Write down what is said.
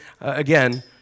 again